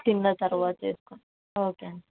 తిన్న తరువాత వేసుకోవాలి ఓకే అండి